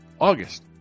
August